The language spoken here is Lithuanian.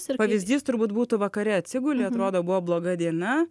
pavyzdys turbūt būtų vakare atsiguli atrodo buvo bloga diena